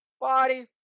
Body